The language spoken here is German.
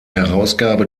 herausgabe